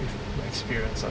got experience ah